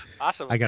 Awesome